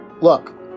Look